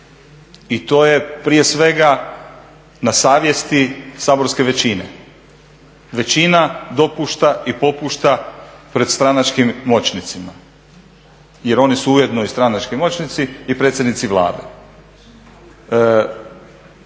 i to je prije svega na savjesti saborske većine. Većina dopušta i popušta pred stranačkim moćnicima jer oni su ujedno i stranački moćnici i predsjednici Vlade.